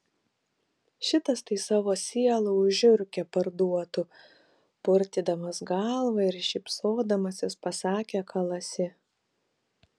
šitas tai savo sielą už žiurkę parduotų purtydamas galvą ir šypsodamasis pasakė kalasi